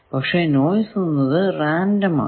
പക്ഷെ നോയ്സ് എന്നത് റാൻഡം ആണ്